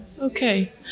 Okay